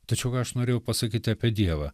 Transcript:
tačiau ką aš norėjau pasakyti apie dievą